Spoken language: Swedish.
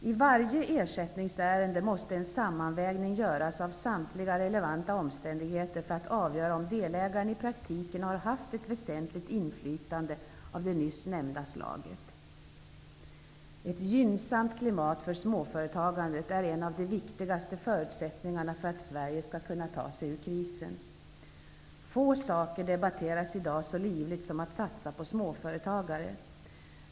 I varje ersättningsärende måste en sammanvägning göras av samtliga relevanta omständigheter för att avgöra om delägaren i praktiken har haft ett väsentligt inflytande av det nyss nämnda slaget. Ett gynnsamt klimat för småföretagandet är en av de viktigaste förutsättningarna för att Sverige skall kunna ta sig ur krisen. Få saker debatteras i dag så livligt som satsningen på småföretagare.